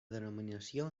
denominació